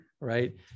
right